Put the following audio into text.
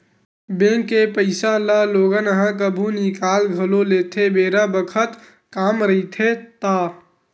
bank के पइसा ल लोगन ह कभु निकाल घलो लेथे बेरा बखत काम रहिथे ता